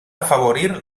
afavorir